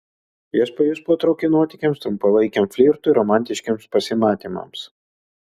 jos pajus potraukį nuotykiams trumpalaikiam flirtui romantiškiems pasimatymams